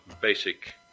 basic